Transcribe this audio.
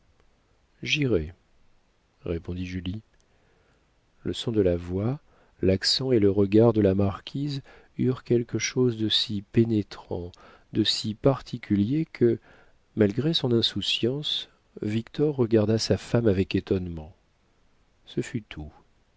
j'irai répondit julie le son de la voix l'accent et le regard de la marquise eurent quelque chose de si pénétrant de si particulier que malgré son insouciance victor regarda sa femme avec étonnement ce fut tout